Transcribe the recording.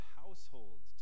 household